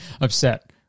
upset